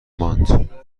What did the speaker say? ماند